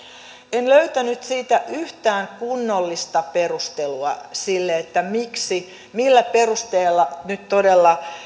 en löytänyt siitä yhtään kunnollista perustelua sille miksi millä perusteella nyt todella